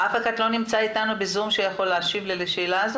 מישהו בזום יכול להשיב על השאלה?